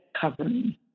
covering